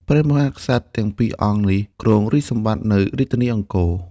ព្រះមហាក្សត្រទាំងពីរអង្គនេះគ្រងរាជ្យសម្បត្តិ នៅរាជធានីអង្គរ ។